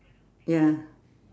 ya